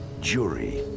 jury